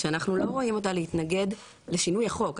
שאנחנו לא רואים, להתנגד לשינוי החוק.